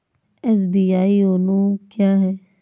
SBI YONO क्या है?